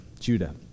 Judah